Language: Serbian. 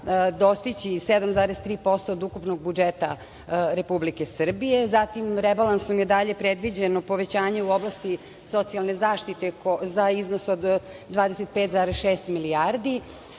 dostići i 7,3% od ukupnog budžeta Republike Srbije. Zatim rebalansom je dalje predviđeno povećanje u oblasti socijalne zaštite za iznos od 25,6 milijardi,